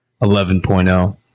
11.0